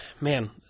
man